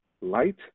light